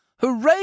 Hooray